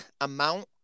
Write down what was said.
amount